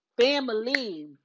Family